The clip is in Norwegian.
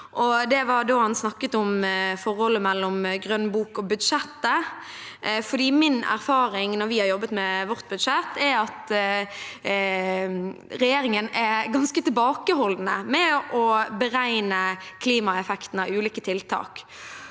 da han snakket om forholdet mellom Grønn bok og budsjettet. Min erfaring, når vi har jobbet med vårt budsjett, er at regjeringen er ganske tilbakeholden med å beregne klimaeffekten av ulike tiltak,